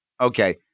Okay